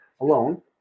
alone